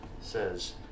says